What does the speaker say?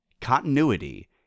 continuity